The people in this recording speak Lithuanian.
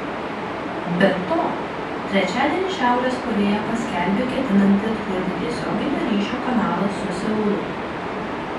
be to trečiadienį šiaurės korėja paskelbė ketinanti atkurti tiesioginio ryšio kanalą su seulu